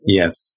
Yes